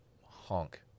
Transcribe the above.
honk